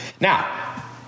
Now